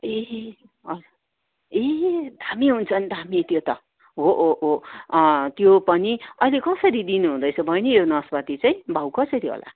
ए ह ए दामी हुन्छ नि दामी त्यो त हो हो हो त्यो पनि अहिले कसरी दिनु हुँदैछ बहिनी यो नास्पाती चाहिँ भाउ कसरी होला